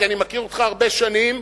כי אני מכיר אותך הרבה שנים,